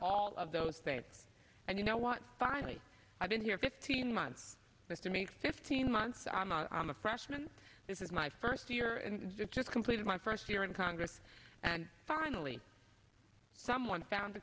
all of those things and you know what finally i've been here fifteen months is to make fifteen months i'm a i'm a freshman this is my first year just completed my first year in congress and finally someone found a